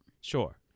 Sure